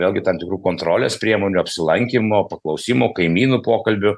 vėlgi tam tikrų kontrolės priemonių apsilankymo paklausimo kaimynų pokalbių